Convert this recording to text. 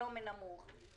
סוציו-אקונומי נמוך,